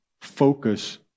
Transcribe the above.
focus